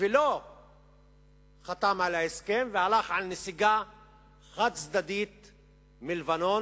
לא חתם על ההסכם והלך על נסיגה חד-צדדית מלבנון,